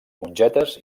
mongetes